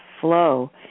flow